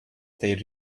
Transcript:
they